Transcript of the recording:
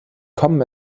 kommen